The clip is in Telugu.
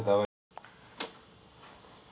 ఆరోగ్య బీమా ఏ ఏ సందర్భంలో ఉపయోగిస్తారు?